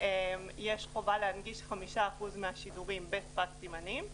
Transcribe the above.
יש חובה להנגיש 5% מהשידורים בשפת סימנים,